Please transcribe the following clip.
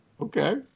Okay